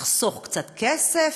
לחסוך קצת כסף,